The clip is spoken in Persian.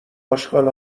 اشغال